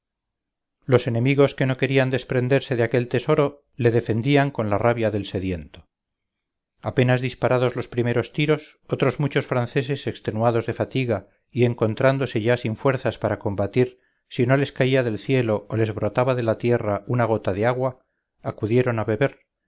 los enemigos que no querían desprenderse de aquel tesoro le defendían con la rabia del sediento apenas disparados los primeros tiros otros muchos franceses extenuados de fatiga y encontrándose ya sin fuerzas para combatir si no les caía del cielo o les brotaba de la tierra una gota de agua acudieron a beber